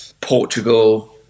Portugal